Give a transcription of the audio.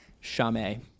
Shame